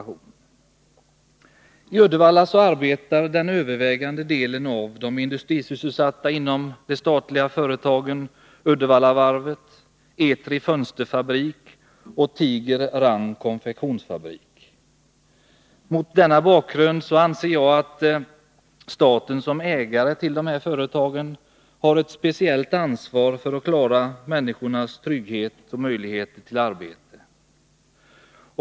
I Uddevalla arbetar den övervägande delen av de industrisysselsatta inom de statliga företagen Uddevallavarvet, Etri Fönsterfabrik och Tiger-Rang konfektionsfabrik. Mot denna bakgrund anser jag att staten som ägare till dessa företag har ett speciellt ansvar för att klara människornas trygghet och möjligheter till arbete.